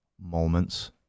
moments